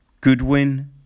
Goodwin